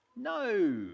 No